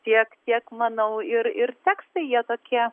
tiek tiek manau ir ir tekstai jie tokie